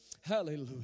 Hallelujah